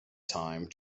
time